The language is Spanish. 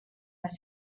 las